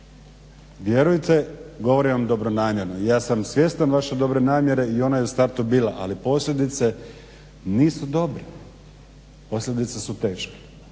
Vjerujte govorim vam dobronamjerno. Ja sam svjestan vaše dobronamjerne i ona je u startu bila. Ali posljedice nisu dobre. Posljedice su teške.